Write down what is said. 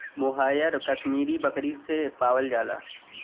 मोहायर कशमीरी बकरी से पावल जाला